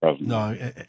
No